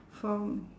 for